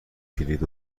کلید